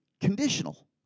conditional